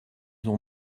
ont